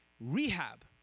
rehab